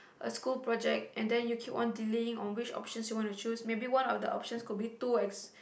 a school project and then you keep on delaying on which options you wanna choose maybe one of the options could be too ex